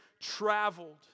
traveled